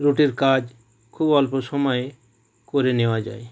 রুটের কাজ খুব অল্প সময়ে করে নেওয়া যায়